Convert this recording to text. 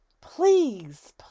Please